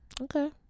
Okay